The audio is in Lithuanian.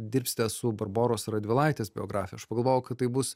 dirbsite su barboros radvilaitės biografija aš pagalvojau kad tai bus